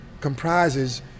comprises